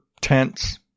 tents